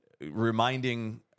reminding